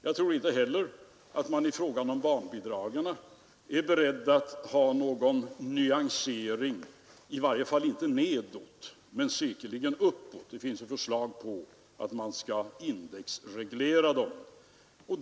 Jag tror inte heller att man i fråga om barnbidragen är beredd att tillämpa någon justering nedåt men däremot säkerligen uppåt. Det finns ju förslag om att de skall indexregleras.